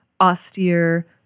austere